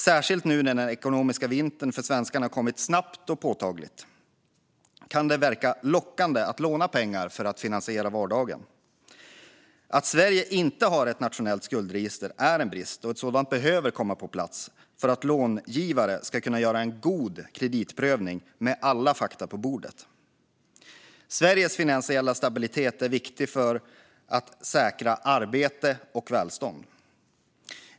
Särskilt nu när den ekonomiska vintern för svenskarna kommit snabbt och påtagligt kan det verka lockande att låna pengar för att finansiera vardagen. Att Sverige inte har ett nationellt skuldregister är en brist. Ett sådant behöver komma på plats för att långivare ska kunna göra en god kreditprövning med alla fakta på bordet. Sveriges finansiella stabilitet är viktig för att säkra arbete och välstånd.